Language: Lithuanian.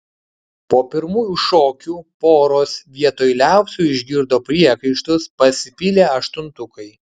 po pirmųjų šokių poros vietoj liaupsių išgirdo priekaištus pasipylė aštuntukai